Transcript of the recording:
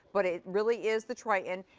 but it really is the tritan,